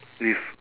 with